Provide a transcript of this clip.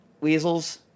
weasels